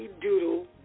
Doodle